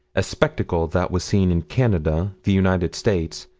a spectacle that was seen in canada, the united states,